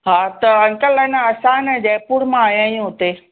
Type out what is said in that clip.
हा त अंकल अन असां अन जयपुर मां आया आहियूं हुते